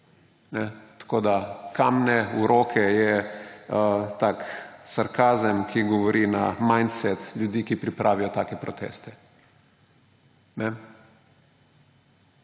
Tako da »kamne v roke« je tak sarkazem, ki govori o mindsetu ljudi, ki pripravijo take proteste.